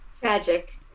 Tragic